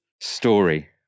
story